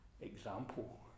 example